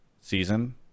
season